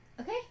Okay